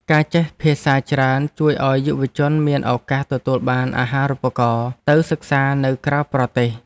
ការចេះភាសាច្រើនជួយឱ្យយុវជនមានឱកាសទទួលបានអាហារូបករណ៍ទៅសិក្សានៅក្រៅប្រទេស។